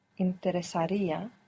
interesaría